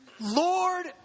Lord